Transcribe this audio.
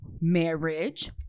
marriage